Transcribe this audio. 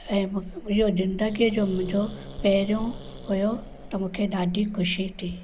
ऐं इहो ज़िदगीअ जो मुंहिंजो पहिरों हुओ त मूंखे ॾाढी ख़ुशी थी